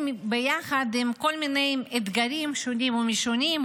ביחד עם כל מיני אתגרים שונים ומשונים,